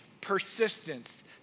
persistence